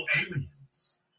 aliens